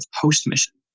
post-mission